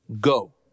go